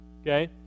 Okay